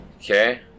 Okay